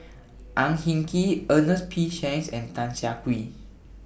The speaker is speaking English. Ang Hin Kee Ernest P Shanks and Tan Siah Kwee